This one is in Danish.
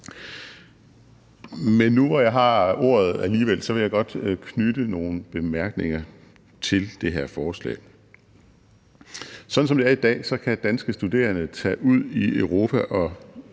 Men nu, hvor jeg har ordet alligevel, vil jeg godt knytte nogle bemærkninger til det her forslag. Sådan som det er i dag, kan danske studerende tage ud i Europa og